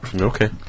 Okay